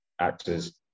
actors